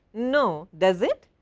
no, does it?